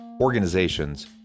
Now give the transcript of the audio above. organizations